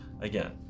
again